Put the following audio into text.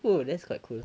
oh that's quite cool